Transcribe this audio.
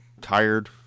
tired